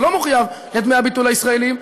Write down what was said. שלא מחויב בדמי הביטול הישראלים,